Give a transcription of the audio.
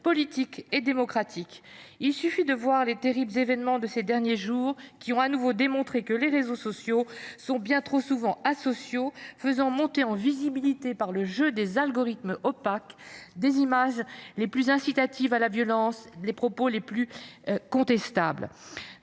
politiques et démocratiques. Il suffit de voir les terribles événements des derniers jours, qui ont de nouveau démontré que les réseaux sociaux sont bien trop souvent asociaux, faisant monter en visibilité, par le jeu des algorithmes opaques, les images les plus incitatives à la violence et les propos les plus contestables.